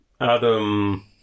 Adam